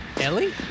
Ellie